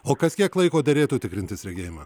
o kas kiek laiko derėtų tikrintis regėjimą